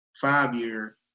five-year